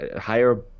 higher